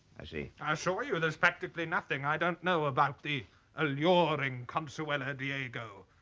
i see. i assure you there's practically nothing i don't know about the alluring consuela diego.